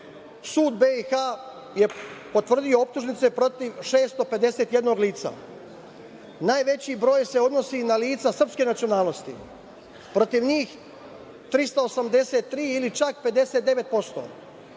Sud BiH je potvrdio optužnice protiv 651 lica. Najveći broj se odnosi na lica srpske nacionalnosti, protiv njih 383, ili čak 59%,